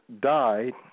died